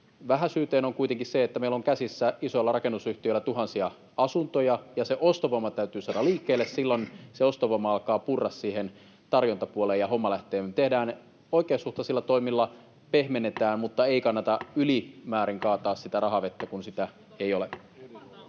vähäisyyteen on kuitenkin se, että isoilla rakennusyhtiöillä on käsissä tuhansia asuntoja ja se ostovoima täytyy saada liikkeelle. Silloin se ostovoima alkaa purra siihen tarjontapuoleen ja homma lähtee. Oikeasuhtaisilla toimilla pehmennetään, mutta ei kannata ylimäärin kaataa sitä rahavettä, kun sitä ei ole.